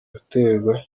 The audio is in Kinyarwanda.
uterwa